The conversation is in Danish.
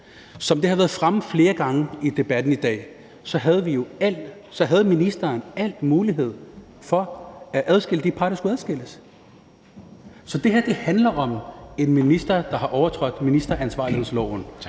Som det har været fremme flere gange i debatten i dag, havde ministeren al mulighed for at adskille de par, der skulle adskilles. Så det her handler om en minister, der har overtrådt ministeransvarlighedsloven,